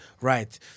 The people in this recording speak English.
Right